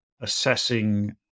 assessing